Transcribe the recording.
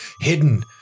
hidden